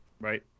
Right